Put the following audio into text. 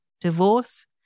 divorce